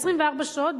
ב-24 שעות,